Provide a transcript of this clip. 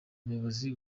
umuyobozi